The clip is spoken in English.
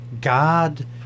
God